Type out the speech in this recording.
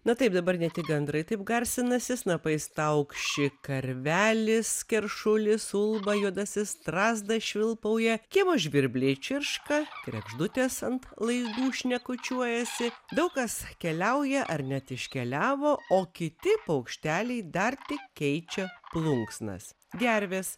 na taip dabar ne tik gandrai taip garsinasi snapais taukši karvelis keršulis ulba juodasis strazdas švilpauja kiemo žvirbliai čirška kregždutės ant laidų šnekučiuojasi daug kas keliauja ar net iškeliavo o kiti paukšteliai dar tik keičia plunksnas gervės